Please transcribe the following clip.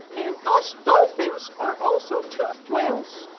and us dolphins are also toothed whales!